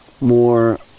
more